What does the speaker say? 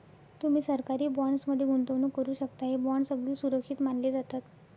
तुम्ही सरकारी बॉण्ड्स मध्ये गुंतवणूक करू शकता, हे बॉण्ड्स अगदी सुरक्षित मानले जातात